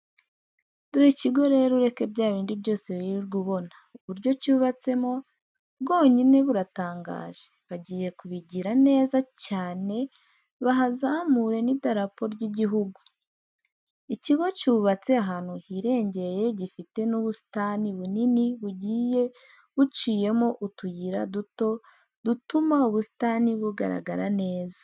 Dore ikigo rero ureke bya bindi byose wirirwa ubona, uburyo cyubatsemo bwonyine buratangaje, bagiye kubigira neza cyane bahazamura n'idarapo ry'igihugu. Ikigo cyubatse ahantu hirengeye gifite n'ubusitani bunini bugiye buciyemo utuyira duto dutuma ubusitani bugaragara neza.